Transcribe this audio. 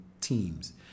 teams